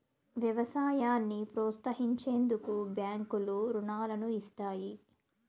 వ్యవసాయాన్ని ప్రోత్సహించేందుకు బ్యాంకులు రుణాలను ఇస్తాయి